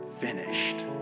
finished